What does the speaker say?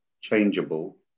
changeable